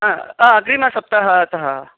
अग्रिमसप्ताहात्